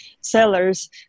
sellers